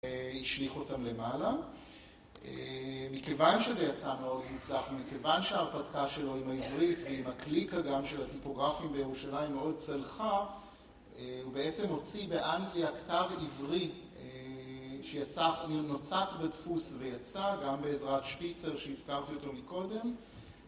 השליך אותם למעלה, מכיוון שזה יצא מאוד מוצלח, ומכיוון שההרפתקאה שלו עם העברית ועם הקליקה גם של הטיפוגרפים בירושלים מאוד צלחה, הוא בעצם הוציא באנגליה כתב עברי שנוצק בדפוס ויצא גם בעזרת שפיצר שהזכרתי אותו מקודם